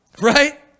right